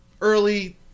Early